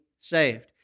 saved